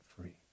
free